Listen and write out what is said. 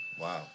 Wow